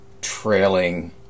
trailing